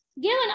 given